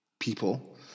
people